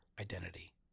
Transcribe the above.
identity